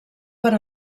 per